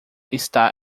está